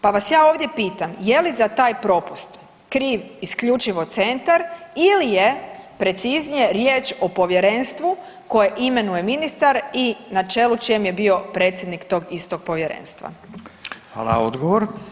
Pa vas ja ovdje pitam, je li za taj propust kriv isključivo centar ili je preciznije riječ o povjerenstvu koje imenuje ministar i na čelu čijem je bio predsjednik tog istog povjerenstva?